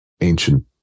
ancient